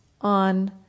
on